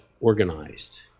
organized